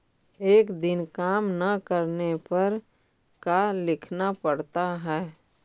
एक दिन काम न करने पर का लिखना पड़ता है?